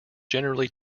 generally